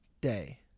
day